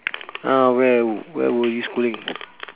uh where where were you schooling